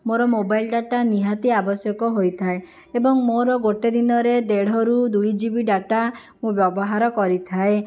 ମୋର mobile data ନିହାତି ଆବଶ୍ୟକ ହୋଇଥାଏ ଏବଂ ମୋର ଗୋଟେ ଦିନରେ ଦେଢ଼ ରୁ ଦୁଇ ଜିବି ଡାଟା ମୁଁ ବ୍ୟବହାର କରିଥାଏ